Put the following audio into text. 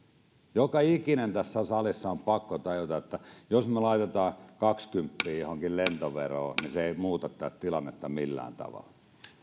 joka ikisen tässä salissa on pakko tajuta että jos laitetaan kaksikymppiä johonkin lentoveroon niin se ei muuta tätä tilannetta millään tavalla